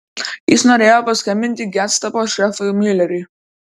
jis norėjo paskambinti gestapo šefui miuleriui